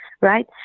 right